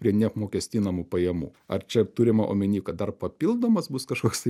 prie neapmokestinamų pajamų ar čia turima omeny kad dar papildomas bus kažkoks